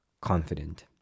confident